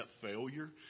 failure